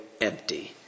empty